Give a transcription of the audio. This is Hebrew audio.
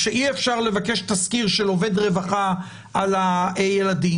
כשאי אפשר לבקש תסקיר של עובד רווחה על הילדים,